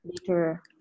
later